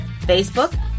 Facebook